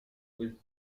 with